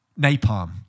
Napalm